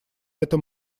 этом